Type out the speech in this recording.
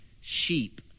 sheep